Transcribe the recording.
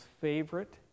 favorite